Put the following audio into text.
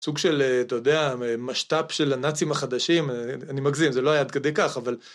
סוג של, אתה יודע, משת״פ של הנאצים החדשים, אני מגזים, זה לא היה עד כדי כך, אבל...